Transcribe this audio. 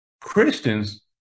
Christians